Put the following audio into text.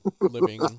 living